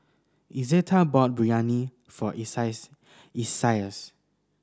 Izetta bought Biryani for Isaias